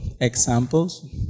examples